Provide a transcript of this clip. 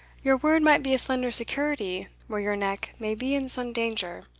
your word might be a slender security where your neck may be in some danger.